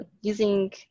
using